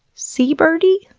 seabirdy?